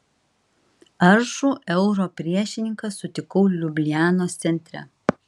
aršų euro priešininką sutikau liublianos centre